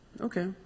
Okay